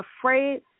afraid